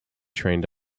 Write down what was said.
trained